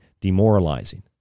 demoralizing